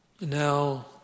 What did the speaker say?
Now